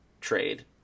trade